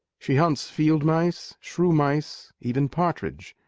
she hunts field-mice, shrew-mice even partridge,